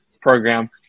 program